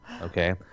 Okay